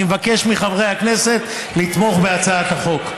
אני מבקש מחברי הכנסת לתמוך בהצעת החוק.